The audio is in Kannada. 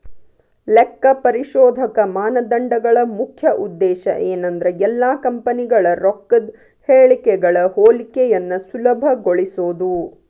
ಲೆಕ್ಕಪರಿಶೋಧಕ ಮಾನದಂಡಗಳ ಮುಖ್ಯ ಉದ್ದೇಶ ಏನಂದ್ರ ಎಲ್ಲಾ ಕಂಪನಿಗಳ ರೊಕ್ಕದ್ ಹೇಳಿಕೆಗಳ ಹೋಲಿಕೆಯನ್ನ ಸುಲಭಗೊಳಿಸೊದು